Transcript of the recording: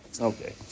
okay